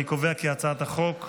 אני קובע כי הצעת החוק עברה,